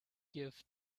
give